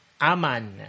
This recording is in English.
aman